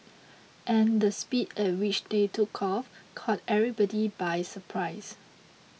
and the speed at which they took off caught everybody by surprise